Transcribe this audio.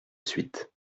suite